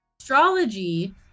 astrology